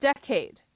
Decade